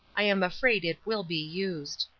i am afraid it will be used.